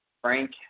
frank